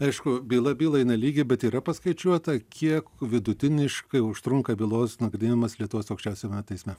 aišku byla bylai nelygi bet yra paskaičiuota kiek vidutiniškai užtrunka bylos nagrinėjimas lietuvos aukščiausiajame teisme